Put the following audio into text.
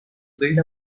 build